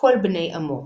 כל בני עמו,